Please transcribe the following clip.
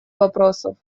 вопросов